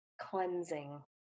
cleansing